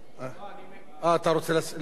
אתה רוצה להשיב, סליחה.